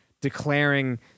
declaring